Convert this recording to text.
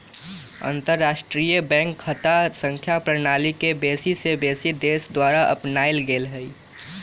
अंतरराष्ट्रीय बैंक खता संख्या प्रणाली के बेशी से बेशी देश द्वारा अपनाएल गेल हइ